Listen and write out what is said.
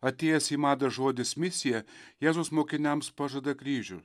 atėjęs į madą žodis misija jėzus mokiniams pažada kryžių